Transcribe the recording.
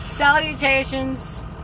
salutations